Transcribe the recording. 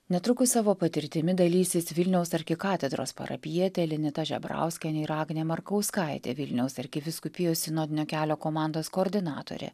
netrukus savo patirtimi dalysis vilniaus arkikatedros parapijietė linata žebrauskienė ir agnė markauskaitė vilniaus arkivyskupijos sinodinio kelio komandos koordinatorė